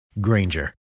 Granger